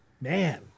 Man